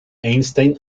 einstein